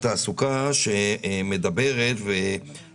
כתבתם פה תמרוץ תעסוקה בפריפריה ואוכלוסיות יעד.